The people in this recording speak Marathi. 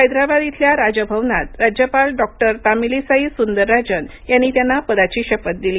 हैदरबाद इथल्या राजभवनात राज्यपाल डॉ तामिलीसाई सुंदरराजन यांनी त्यांना पदाची शपथ दिली